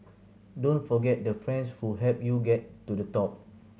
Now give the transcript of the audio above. don't forget the friends who helped you get to the top